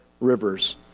rivers